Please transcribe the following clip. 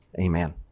amen